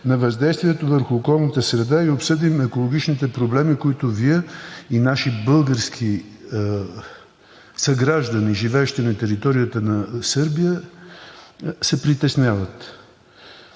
на въздействието върху околната среда и обсъдим екологичните проблеми, за които Вие и наши български съграждани, живеещи на територията на Сърбия, се притесняват.